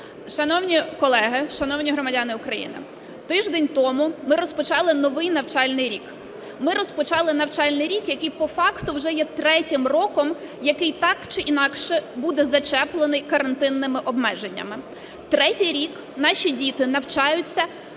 Шановні колеги, шановні громадяни України! Тиждень тому ми розпочали новий навчальний рік. Ми розпочали навчальний рік, який по факту вже є третім роком, який так чи інакше буде зачеплений карантинними обмеженнями. Третій рік наші діти навчаються частково